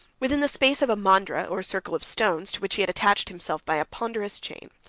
within the space of a mandra, or circle of stones, to which he had attached himself by a ponderous chain,